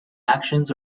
actions